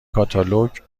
کاتالوگ